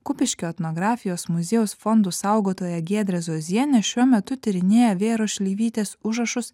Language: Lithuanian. kupiškio etnografijos muziejaus fondų saugotoja giedrė zuozienė šiuo metu tyrinėja vėros šleivytės užrašus